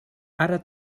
ara